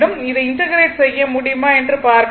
இதை இன்டெகிரெட் செய்ய முடியுமா என்று பார்க்க வேண்டும்